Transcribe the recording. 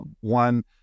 One